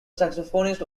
saxophonist